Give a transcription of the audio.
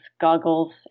goggles